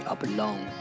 Uplong